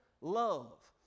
love